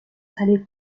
salir